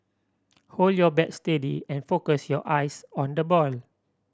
hold your bat steady and focus your eyes on the ball